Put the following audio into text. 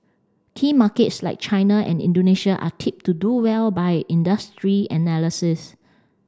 key markets like China and Indonesia are tipped to do well by industry analysis